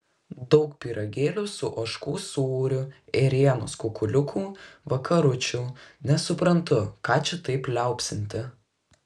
daug pyragėlių su ožkų sūriu ėrienos kukuliukų vakaručių nesuprantu ką čia taip liaupsinti